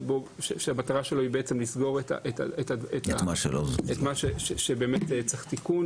שהמטרה שלו היא לסגור את מה שצריך תיקון